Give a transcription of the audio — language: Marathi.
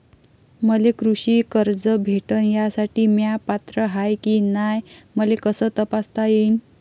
मले कृषी कर्ज भेटन यासाठी म्या पात्र हाय की नाय मले कस तपासता येईन?